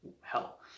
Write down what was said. hell